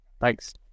Thanks